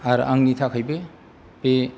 आरो आंनि थाखायबो बे